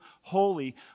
holy